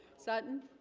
sutton